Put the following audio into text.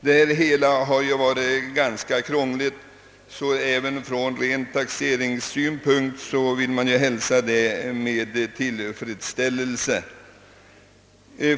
Detta system har varit ganska krångligt, varför även ur taxeringssynpunkt det nya förslaget hälsas med tillfredsställelse.